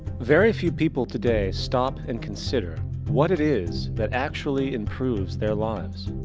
very few people today stop and consider what it is that actually improves their lives.